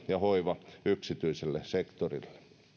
ja hoiva yksityiselle sektorille